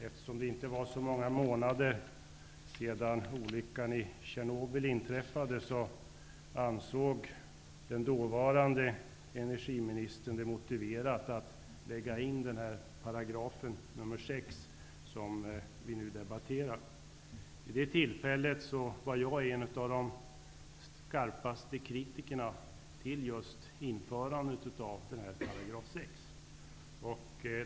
Eftersom det inte hade gått så många månader sedan olyckan i Tjernobyl inträffade ansåg den dåvarande energiministern det vara motiverat att lägga in 6 § kärntekniklagen, som vi nu debatterar. Vid det tillfället var jag en av de skarpaste kritikerna till införandet av just aktuella paragraf.